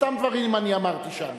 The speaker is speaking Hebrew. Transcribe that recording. את אותם דברים אני אמרתי שם.